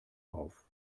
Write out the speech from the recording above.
auf